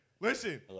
Listen